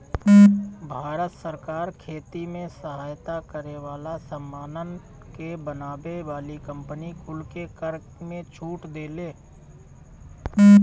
भारत सरकार खेती में सहायता करे वाला सामानन के बनावे वाली कंपनी कुल के कर में छूट देले